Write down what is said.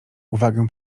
uwagę